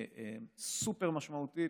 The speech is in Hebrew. סופר-משמעותית,